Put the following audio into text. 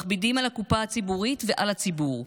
מכבידים על הקופה הציבורית ועל הציבור,